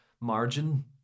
margin